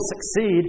succeed